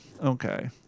okay